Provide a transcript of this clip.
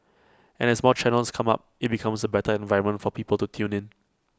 and as more channels come up IT becomes A better environment for people to tune in